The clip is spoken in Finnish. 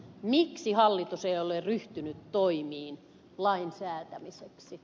miksi hallitus ei ole ryhtynyt toimiin lain säätämiseksi